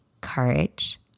courage